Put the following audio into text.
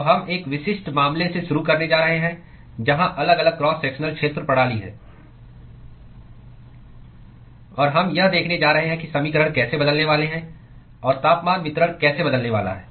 तो हम एक विशिष्ट मामले से शुरू करने जा रहे हैं जहां अलग अलग क्रॉस सेक्शनल क्षेत्र प्रणाली है और हम यह देखने जा रहे हैं कि समीकरण कैसे बदलने वाले हैं और तापमान वितरण कैसे बदलने वाला है